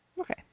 Okay